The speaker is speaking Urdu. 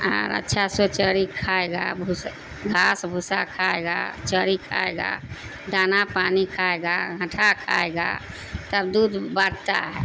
اور اچھا سا چوری کھائے گا بھوسا گھاس بھوسا کھائے گا چوری کھائے گا دانا پانی کھائے گا گھاٹھا کھائے گا تب دودھ بڑھتا ہے